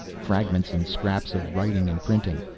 fragments and scraps of writing and printing.